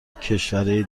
کشورای